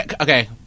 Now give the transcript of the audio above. Okay